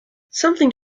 something